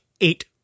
eight